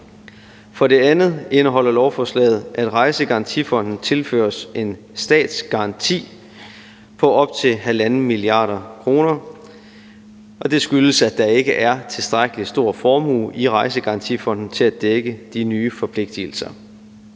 For det andet indeholder lovforslaget, at Rejsegarantifonden tilføres en statsgaranti på op til 1,5 mia. kr., og det skyldes, at der ikke er tilstrækkelig stor formue i Rejsegarantifonden til at dække de nye forpligtelser.